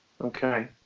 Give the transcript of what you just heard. Okay